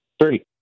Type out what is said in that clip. Three